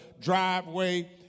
driveway